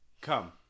come